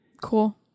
Cool